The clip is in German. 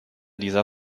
dieser